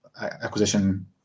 acquisition